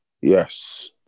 Yes